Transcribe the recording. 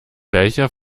welcher